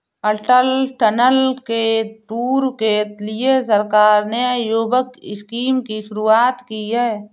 अटल tunnel के tour के लिए सरकार ने युवक स्कीम की शुरुआत की है